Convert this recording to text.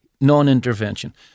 Non-intervention